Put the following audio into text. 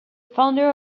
founder